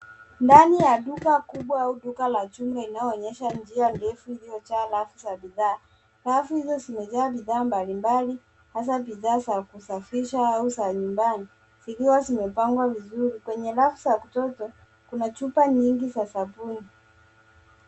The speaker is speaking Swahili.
Ndani ya duka kubwa au duka la jumla inayoonyesha njia ndefu iliyojaa rafu za bidhaa. Rafu hizo zimejaa bidhaa mbali mbali, hasa bidhaa za kusafisha au za nyumbani zikiwa zimepangwa vizuri. Kwenye rafu za kushoto, kuna chupa nyingi za sabuni.